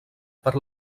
per